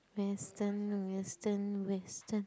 Western Western Western